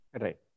Right